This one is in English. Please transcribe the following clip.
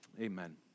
amen